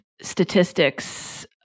statistics